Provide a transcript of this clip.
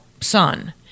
son